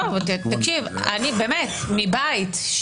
לא, תקשיב, אני באמת מבית.